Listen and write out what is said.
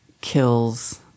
kills